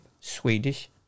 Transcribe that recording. Swedish